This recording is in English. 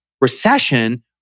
recession